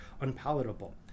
unpalatable